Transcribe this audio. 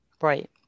Right